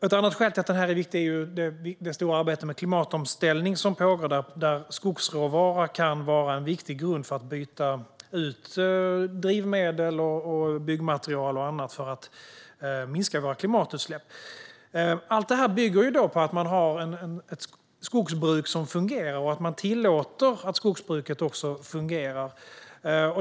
Ett annat skäl till att skogen är viktig är det stora arbete med klimatomställning som pågår, där skogsråvara kan vara en viktig grund för att byta ut drivmedel, byggmaterial och annat för att minska våra klimatutsläpp. Allt detta bygger på att man har ett skogsbruk som fungerar och att man också tillåter det att fungera.